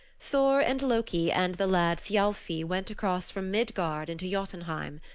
thor and loki and the lad thialfi went across from midgard into jotunheim.